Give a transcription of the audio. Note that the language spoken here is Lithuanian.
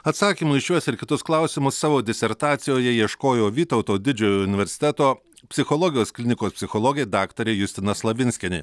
atsakymų į šiuos ir kitus klausimus savo disertacijoje ieškojo vytauto didžiojo universiteto psichologijos klinikos psichologė daktarė justina slavinskienė